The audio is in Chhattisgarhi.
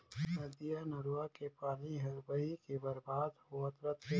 नदिया नरूवा के पानी हर बही के बरबाद होवत रथे